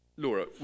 Laura